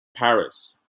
paris